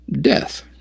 death